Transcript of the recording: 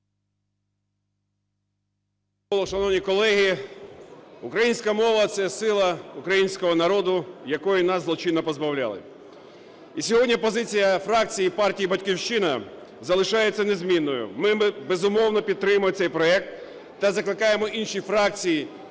шановні колеги, українська мова – це сила українського народу, якої нас злочинно позбавляли. І сьогодні позиція фракції партії "Батьківщина" залишається незмінною, ми, безумовно, підтримуємо цей проект та закликаємо інші фракції